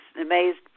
amazed